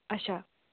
اچھا